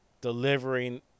delivering